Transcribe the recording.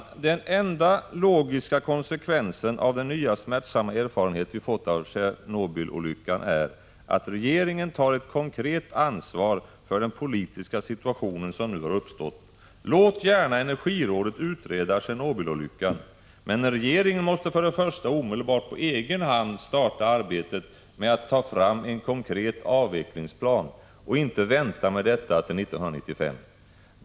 Den enda logiska konsekvensen av den nya smärtsamma erfarenhet vi fått av Tjernobylolyckan är att regeringen tar ett konkret ansvar för den politiska situation som nu har uppstått. Låt gärna energirådet utreda Tjernobylolyckan, men regeringen måste för det första omedelbart på egen hand starta arbetet med att ta fram en konkret avvecklingsplan och inte vänta med detta till 1995.